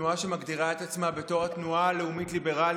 התנועה שמגדירה את עצמה בתור התנועה הלאומית-ליברלית,